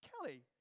Kelly